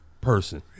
person